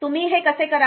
तुम्ही हे कसे कराल